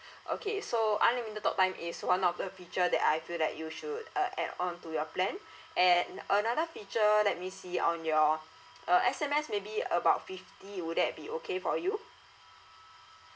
okay so unlimited talktime is one of the feature that I feel that you should uh add on to your plan and another feature let me see on your uh S_M_S maybe about fifty would that be okay for you